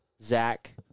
Zach